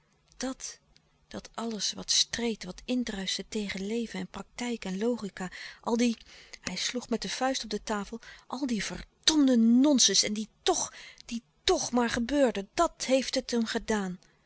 dat dat alles wat streed wat indruischte tegen leven en praktijk en logica al die hij sloeg met de vuist op de tafel al die verdomde nonsens en die toch die toch maar gebeurde dat heeft het hem gedaan